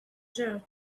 jerk